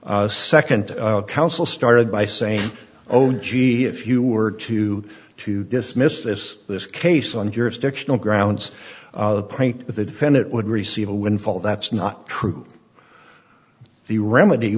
second counsel started by saying oh gee if you were to to dismiss this this case on jurisdictional grounds that the defendant would receive a windfall that's not true the remedy